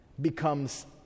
becomes